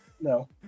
No